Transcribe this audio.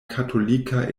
katolika